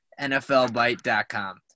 NFLBite.com